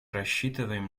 рассчитываем